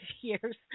years